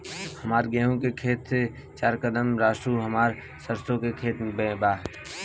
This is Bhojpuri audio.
हमार गेहू के खेत से चार कदम रासु हमार सरसों के खेत बा